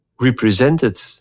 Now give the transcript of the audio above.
represented